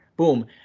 Boom